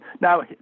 Now